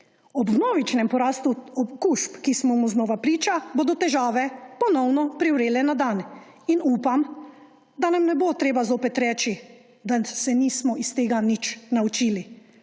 Ob vnovičnem porastu okužb, ki smo mu znova priča, bodo težave ponovno privrele na dan in upam, da nam ne bo treba zopet reči, da se nismo iz tega nič naučili.